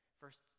first